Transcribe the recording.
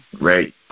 right